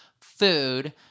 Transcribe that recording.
food